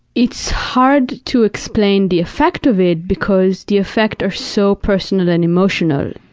it's hard to explain the effect of it because the effect are so personal and emotional.